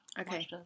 Okay